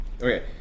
Okay